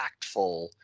impactful